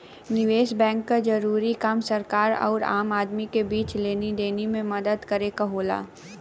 निवेस बैंक क जरूरी काम सरकार आउर आम आदमी क बीच लेनी देनी में मदद करे क होला